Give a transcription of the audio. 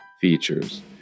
features